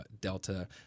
Delta